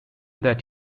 that